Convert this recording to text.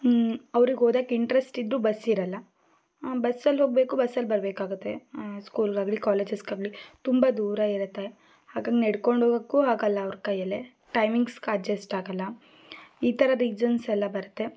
ಅವರಿಗೆ ಓದಕ್ಕೆ ಇಂಟರೆಸ್ಟ್ ಇದ್ದು ಬಸ್ ಇರಲ್ಲ ಆ ಬಸ್ಸಲ್ಲಿ ಹೋಗ್ಬೇಕು ಬಸ್ಸಲ್ಲಿ ಬರಬೇಕಾಗತ್ತೆ ಸ್ಕೂಲ್ಗಾಗಲಿ ಕಾಲೇಜಸ್ಗಾಗಲಿ ತುಂಬ ದೂರ ಇರತ್ತೆ ಹಾಗಾಗಿ ನಡ್ಕೊಂಡು ಹೋಗಕ್ಕೂ ಆಗಲ್ಲ ಅವರ ಕೈಯಲ್ಲಿ ಟೈಮಿಂಗ್ಸ್ ಅಡ್ಜಸ್ಟ್ ಆಗಲ್ಲ ಈ ಥರ ರೀಸನ್ಸ್ ಎಲ್ಲ ಬರತ್ತೆ